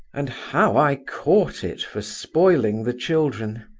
and how i caught it for spoiling the children!